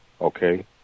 Okay